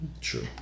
True